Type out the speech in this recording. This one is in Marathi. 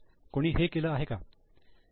कोणी हे केले आहे का